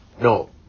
No